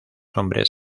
hombres